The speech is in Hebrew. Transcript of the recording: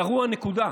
גרוע, נקודה.